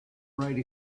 write